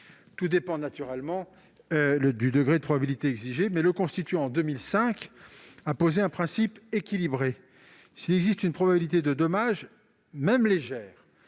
Tout dépend naturellement du degré de probabilité exigé. En 2005, le Constituant a posé un principe équilibré : s'il existe une probabilité de dommage, même légère,